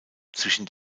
zwischen